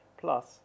Plus